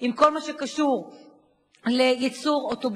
מ"אגד" ו"דן" להתנות את המשך רכישת האוטובוסים